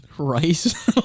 Rice